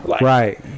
Right